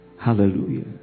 Hallelujah